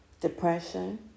depression